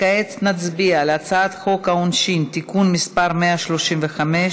כעת נצביע על הצעת חוק העונשין (תיקון מס' 135)